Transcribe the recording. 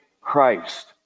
christ